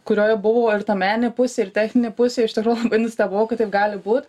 kurioje buvo ir ta meninė pusė ir techninė pusė iš tikro labai nustebau kad taip gali būt